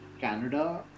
Canada